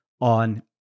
on